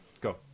Go